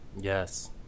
Yes